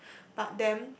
but then